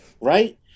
Right